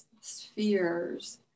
spheres